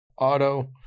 Auto